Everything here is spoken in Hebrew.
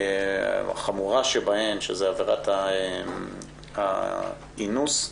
החמורה שבהן, עבירת האינוס,